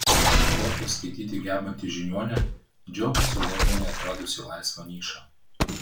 kortas skaityti gebanti žiniuonė džiaugiasi londone atradusi laisvą nišą